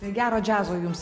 tai gero džiazo jums